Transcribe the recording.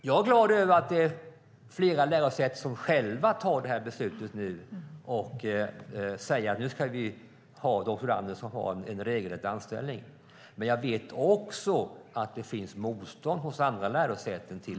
Jag är glad att flera lärosäten själva nu tar det här beslutet och säger att man ska ha doktorander som får en regelrätt anställning. Men det finns också motstånd mot detta hos andra lärosäten.